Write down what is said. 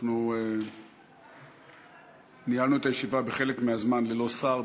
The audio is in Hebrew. אנחנו ניהלנו את הישיבה בחלק מהזמן ללא שר,